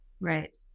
Right